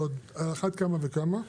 זה עוד על אחת כמה וכמה,